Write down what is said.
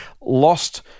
lost